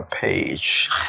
page